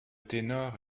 ténor